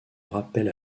rappel